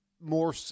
more